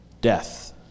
death